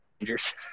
Rangers